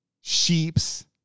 sheeps